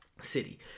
city